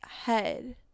head